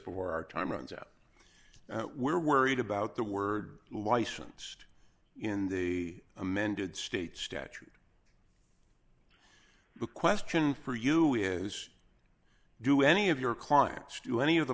before our time runs out we're worried about the word licensed in the amended state statute book question for you is do any of your clients do any of the